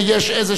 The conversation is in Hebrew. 40